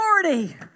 authority